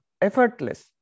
effortless